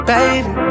Baby